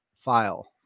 file